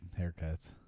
haircuts